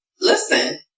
listen